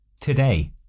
today